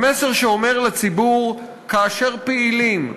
המסר שאומר לציבור: כאשר פעילים,